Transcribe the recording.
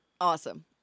Awesome